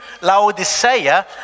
Laodicea